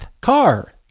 car